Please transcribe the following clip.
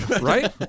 Right